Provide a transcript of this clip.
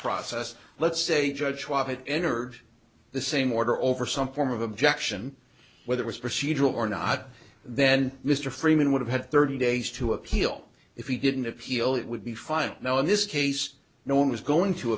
process let's say judge entered the same order over some form of objection where there was procedural or not then mr freeman would have had thirty days to appeal if he didn't appeal it would be fine now in this case no one was going to